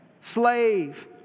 slave